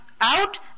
out